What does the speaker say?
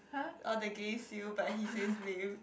oh the gay seal but he says lame